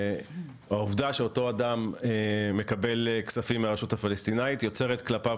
העובדה שאותו אדם מקבל כספים מהרשות הפלסטינית יוצרת כלפיו